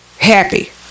happy